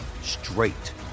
straight